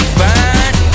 fine